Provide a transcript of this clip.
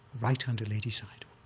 right under ledi sayadaw,